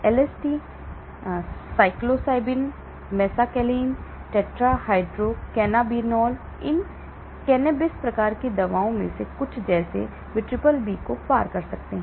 LSD psilocybin mescaline tetrahydrocannabinol इन cannabis प्रकार की दवाओं में से कुछ जैसे वे BBB को पार करते हैं